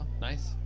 Nice